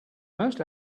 most